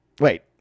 Wait